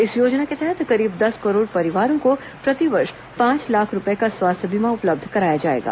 इस योजना के तहत करीब दस करोड परिवारों को प्रतिवर्ष पांच लाख रुपये का स्वास्थ्य बीमा उपलब्ध कराया जाएगा